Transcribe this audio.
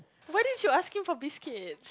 what did you ask Kim for biscuit